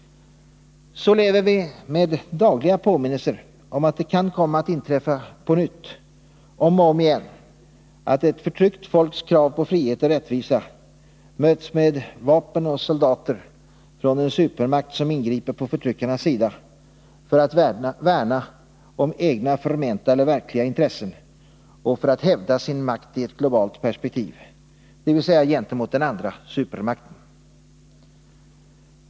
Så lever vi med dagliga påminnelser om att det kan komma att inträffa på nytt, om och om igen, att ett förtryckt folks krav på frihet och rättvisa möts med vapen och soldater från en supermakt som ingriper på förtryckarnas sida för att värna om egna förmenta eller verkliga intressen och för att hävda sin makt i ett globalt perspektiv — dvs. gentemot den andra supermakten.